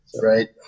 Right